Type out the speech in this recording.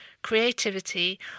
creativity